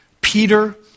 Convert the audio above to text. Peter